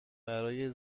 برای